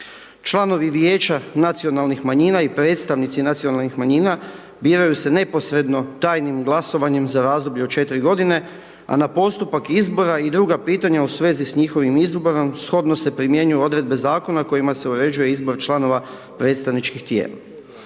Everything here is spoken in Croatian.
Članovi vijeća nacionalnih manjina i predstavnici nacionalnih manjina biraju se neposredno tajnim glasovanjem za razdoblje od 4 godine, a na postupak izbora i druga pitanja u svezi s njihovim izborom, shodno se primjenjuju odredbe zakona kojima se uređuje izbor članova predstavničkih tijela.